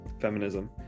Feminism